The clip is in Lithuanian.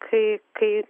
kai kai